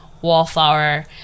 wallflower